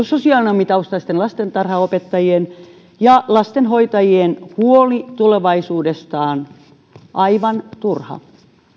sosionomitaustaisten lastentarhanopettajien ja lastenhoitajien huoli tulevaisuudestaan aivan turha